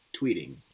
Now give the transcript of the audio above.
tweeting